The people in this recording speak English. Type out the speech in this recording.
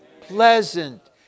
pleasant